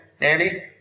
nearly